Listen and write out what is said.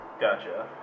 Gotcha